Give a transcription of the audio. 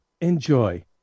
Enjoy